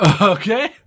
Okay